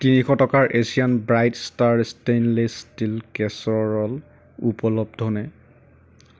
তিনিশ টকাৰ Asian bright star stainless steel casserole উপলব্ধনে